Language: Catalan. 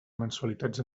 mensualitats